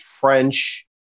french